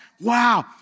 wow